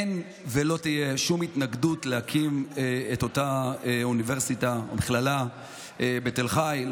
אין ולא תהיה שום התנגדות להקים את אותה אוניברסיטה או מכללה בתל חי.